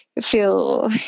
feel